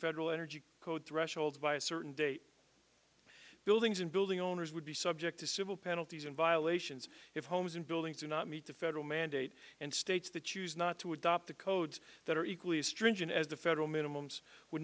federal energy code threshold by a certain date buildings and building owners would be subject to civil penalties and violations if homes and buildings do not meet the federal mandate and states that choose not to adopt the codes that are equally as stringent as the federal minimum w